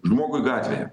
žmogui gatvėje